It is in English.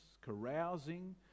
carousing